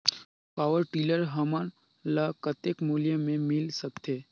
Power tiller हमन ल कतेक मूल्य मे मिल सकथे?